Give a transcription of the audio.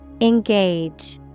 Engage